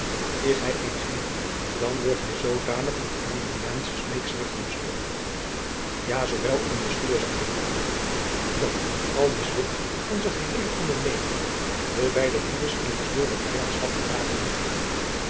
is hij eens hier dan wordt hij zoodanig met arminiaansche smeekschriften bestormd ja zoo wel in den schuurzak gebracht dat al mislukte onze geheele onderneming de beide broeders in gezworen vijandschap geraken moeten